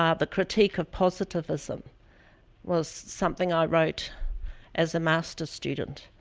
um the critique of positivism was something i wrote as a master student,